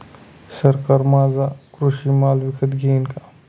सरकार माझा कृषी माल विकत घेईल का?